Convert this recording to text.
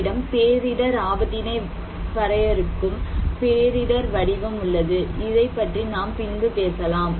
நம்மிடம் பேரிடர் ஆபத்தினை பறையருக்கும் பேரிடர் வடிவம் உள்ளது இதைப் பற்றி நாம் பின்பு பேசலாம்